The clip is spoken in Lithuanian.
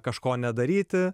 kažko nedaryti